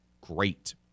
great